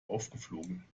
aufgeflogen